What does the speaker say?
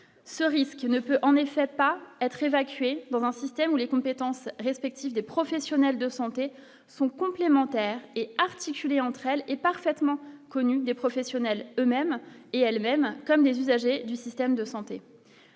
ce risque, il ne peut en effet pas être évacués dans un système où les compétences respectives des professionnels de santé sont complémentaires et articulées entre elles est parfaitement connu des professionnels eux-mêmes et elles-mêmes même comme des usagers du système de santé.